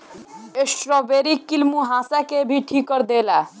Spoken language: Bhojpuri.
स्ट्राबेरी कील मुंहासा के भी ठीक कर देला